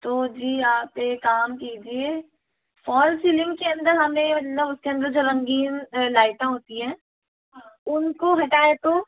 तो जी आप एक काम कीजिए फॉर सीलिंग के अंदर हमें मतलब उसके अंदर जो रंगीन लाईटें होती हैं उन को हटाएँ तो